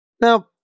Now